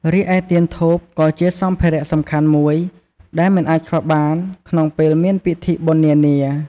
រីឯ ទៀនធូបក៏ជាសម្ភារៈសំខាន់មួយ ដែលមិនអាចខ្វះបានក្នុងពេលមានពិធីបុណ្យនានា។